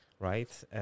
right